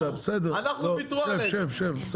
גואטה, בסדר, שב שב.